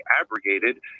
abrogated